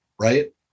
right